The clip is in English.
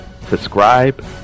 subscribe